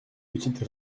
petite